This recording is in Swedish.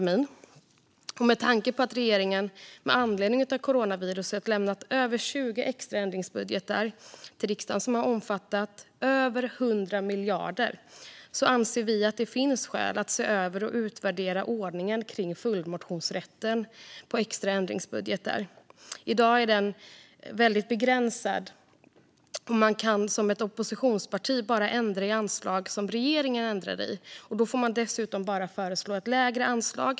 Med tanke på att regeringen med anledning av coronaviruset har lämnat över 20 extra ändringsbudgetar till riksdagen som har omfattat över 100 miljarder anser vi att det finns skäl att se över och utvärdera ordningen för följdmotionsrätten på extra ändringsbudgetar. I dag är den rätten väldigt begränsad. Ett oppositionsparti kan bara ändra i anslag som regeringen ändrar i, och då får man dessutom bara föreslå ett lägre anslag.